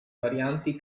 varianti